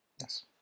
Yes